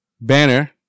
banner